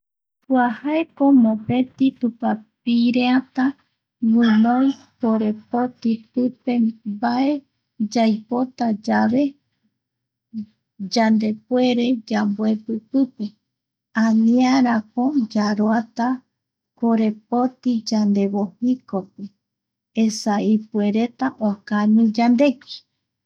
Kua jaeko mopeti tupapireata guinoi korepoti pipe. Mbae yaipota yagua yave yandepuere yamboepi pipe aniarako yaroata korepoti yandevojikope, esa ipuereta okañi yandegui.